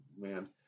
man